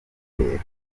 kibitera